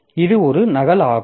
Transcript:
எனவே இது ஒரு நகல் ஆகும்